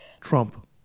Trump